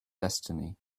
destiny